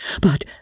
but